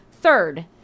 Third